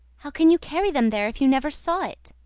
how can you carry them there if you never saw it?